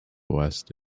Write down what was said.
west